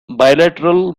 bilateral